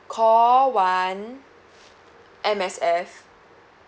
call one M_S_F